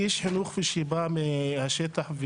כאיש חינוך שבא מהשטח,